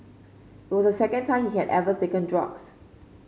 was the second time she had ever taken drugs